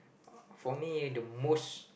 for me the most